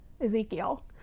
ezekiel